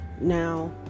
Now